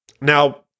Now